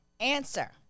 answer